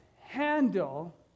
handle